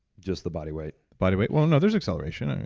just the body weight. body weight? well, no, there's acceleration, and